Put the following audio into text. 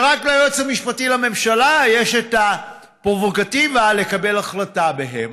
שרק ליועץ המשפטי לממשלה יש את הפררוגטיבה לקבל החלטה בהם,